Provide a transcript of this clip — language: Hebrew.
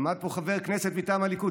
עמד פה חבר כנסת מטעם הליכוד,